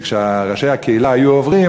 וכשראשי הקהילה היו עוברים,